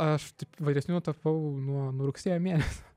aš taip vyresniuoju tapau nuo rugsėjo mėnesio